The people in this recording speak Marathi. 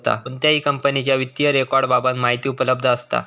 कोणत्याही कंपनीच्या वित्तीय रेकॉर्ड बाबत माहिती उपलब्ध असता